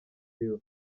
bureau